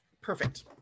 Perfect